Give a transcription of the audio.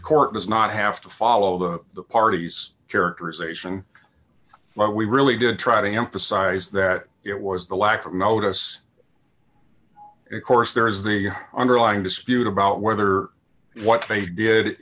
court does not have to follow the party's characterization but we really did try to emphasize that it was the lack of notice and course there is the underlying dispute about whether what they did